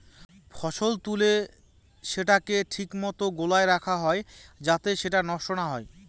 ফসল তুলে সেটাকে ঠিক মতো গোলায় রাখা হয় যাতে সেটা নষ্ট না হয়